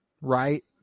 Right